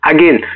Again